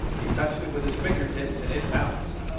he touched it with his fingertips and it bounced.